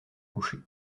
couchés